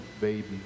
baby